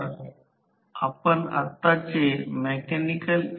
तर ते 170 किलोवॅट तास आहे